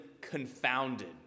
confounded